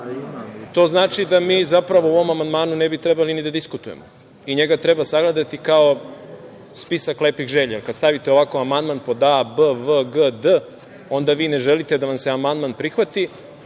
To znači da mi o ovom amandmanu ne bi trebali ni da diskutujemo i njega treba sagledati kao spisak lepih želja. Kada stavite ovako amandman pod a, b, v, g, d, onda vi ne želite da vam se amandman prihvati.